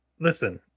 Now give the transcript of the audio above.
listen